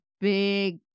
big